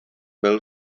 byl